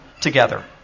Together